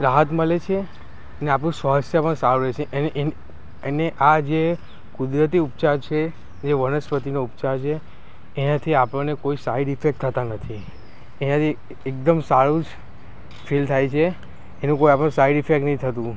રાહત મળે છે ને આપણું સ્વાસ્થ્ય પણ સારું રહે છે અને આ જે કુદરતી ઉપચાર છે જે વનસ્પતિનો ઉપચાર છે એનાથી આપણને કોઈ સાઇડ ઇફેક્ટ થતા નથી એનાથી એકદમ સારું જ ફીલ થાય છે એનું કોઈ આપણે સાઇડ ઇફેક્ટ નથી થતું